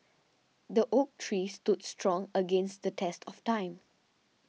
the oak tree stood strong against the test of time